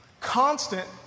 Constant